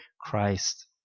Christ